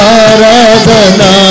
aradana